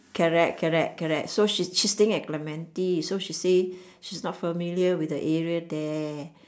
correct correct correct so she she's staying at clementi so she say she's not familiar with the area there